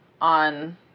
on